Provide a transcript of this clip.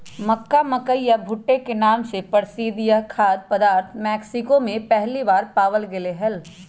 मक्का, मकई या भुट्टे के नाम से प्रसिद्ध यह खाद्य पदार्थ मेक्सिको में पहली बार पावाल गयले हल